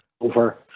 over